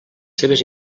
seves